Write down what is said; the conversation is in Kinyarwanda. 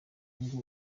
ngo